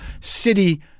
city